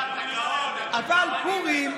אבל פורים,